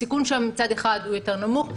הסיכון שם מצד אחד הוא יותר נמוך,